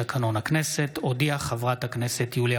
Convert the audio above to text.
אבקש להודיעכם כי בהתאם לסעיף 96 לתקנון הכנסת הודיעה חברת הכנסת יוליה